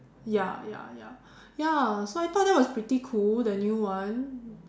ya ya ya ya so I thought that was pretty cool the new one